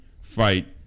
fight